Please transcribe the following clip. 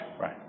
Right